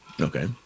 Okay